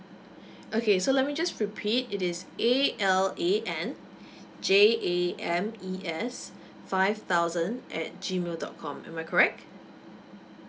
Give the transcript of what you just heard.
okay so let me just repeat it is A L A N J A M E S five thousand at G mail dot com am I correct